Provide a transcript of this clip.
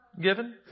given